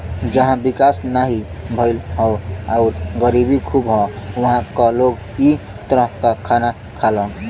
जहां विकास नाहीं भयल हौ आउर गरीबी खूब हौ उहां क लोग इ तरह क खाना खालन